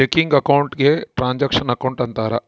checking account ಗೆ transaction account ಅಂತಾರ